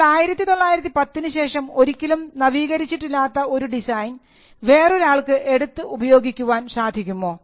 എന്നാൽ 1910 ശേഷം ഒരിക്കലും നവീകരിച്ചിട്ടില്ലാത്ത ഒരു ഡിസൈൻ വേറൊരാൾക്ക് എടുത്തു ഉപയോഗിക്കുവാൻ സാധിക്കുമോ